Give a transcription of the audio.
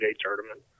tournament